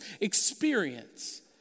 experience